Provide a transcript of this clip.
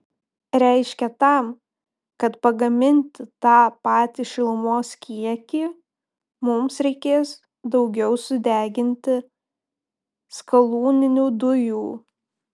reiškia tam kad pagaminti tą patį šilumos kiekį mums reikės daugiau sudeginti skalūninių dujų